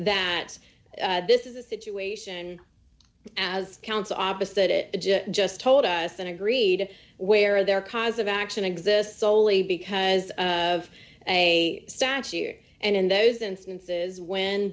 that this is a situation as counsel opposite it just told us and agreed where their cause of action exists solely because of a statue and in those instances when